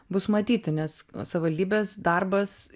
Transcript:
bus matyti nes savivaldybės darbas